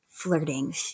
Flirting